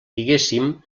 diguéssim